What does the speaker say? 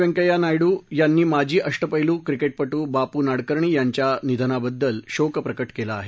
व्यकंय्या नायडू यांनी माजी अष्टपैलू क्रिके प्रिके बापू नाडकर्णी यांच्या निधनाबद्दल शोक प्रकठिकेला आहे